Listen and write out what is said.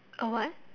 uh what